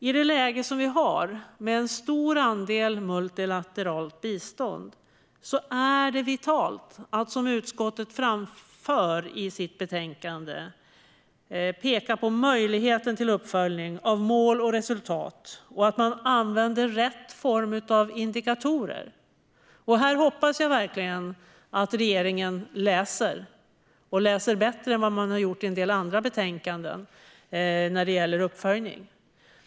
I det läge som vi har med en stor andel multilateralt bistånd är det vitalt att, som utskottet framför i sitt betänkande, peka på möjligheten till uppföljning av mål och resultat och se till att man använder rätt form av indikatorer. Här hoppas jag verkligen att regeringen läser och läser bättre än vad man gjort i en del andra betänkanden när det gäller uppföljning.